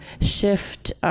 shift